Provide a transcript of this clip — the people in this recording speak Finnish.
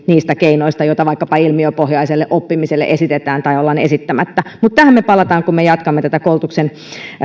niistä keinoista joita vaikkapa ilmiöpohjaiselle oppimiselle esitetään tai ollaan esittämättä mutta tähän me palaamme kun me jatkamme tätä koulutuksen